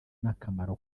n’akamaro